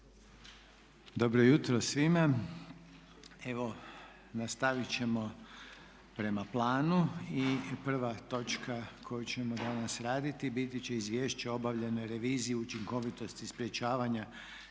Dobro jutro svima! Evo nastavit ćemo prema planu. Prva točka koju ćemo danas raditi biti će - Izvješće o obavljenoj reviziji učinkovitosti sprječavanja